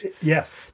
Yes